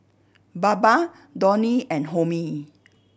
Baba Dhoni and Homi